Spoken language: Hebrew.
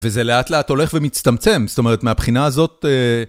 וזה לאט לאט הולך ומצטמצם, זאת אומרת, מהבחינה הזאת...